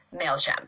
MailChimp